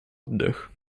oddech